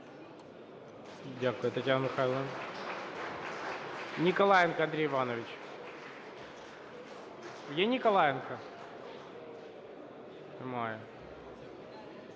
Дякую, Тетяна Михайлівна. Ніколаєнко Андрій Іванович. Є Ніколаєнко? Немає.